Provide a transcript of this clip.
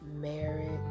marriage